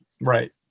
Right